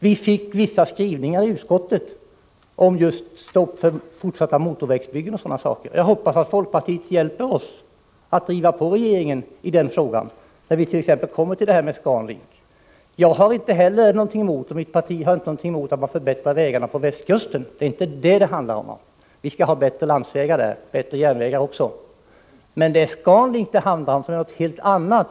Vi fick vissa skrivningar i utskottsbetänkandet beträffande stopp för fortsatta motorvägsbyggen o.d. Jag hoppas att folkpartiet hjälper oss att driva på regeringen i sådana frågor, t.ex. när vi skall behandla frågan om Scan Link. Jag, och inte mitt parti heller, har något emot att man förbättrar vägarna på västkusten. Det är inte detta det handlar om. Vi skall ha bättre landsvägar där — bättre järnvägar också. Men det är Scan Link det handlar om, det är något helt annat.